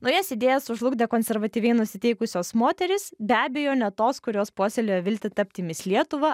naujas idėjas sužlugdė konservatyviai nusiteikusios moterys be abejo ne tos kurios puoselėjo viltį tapti mis lietuva